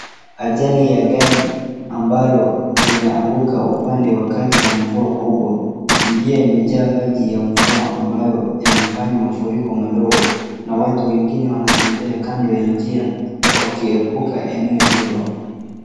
Ajali ya gari ambalo limeanguka upande wakati wa mvua kubwa. Njia imejaa maji ya mvua ambayo yamefanya mafuriko madogo na watu wengine wanatembea kando ya njia wakiepuka eneo hilo.